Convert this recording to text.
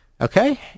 Okay